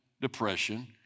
depression